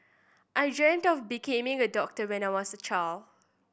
I dreamt of becoming a doctor when I was a child